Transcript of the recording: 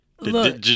Look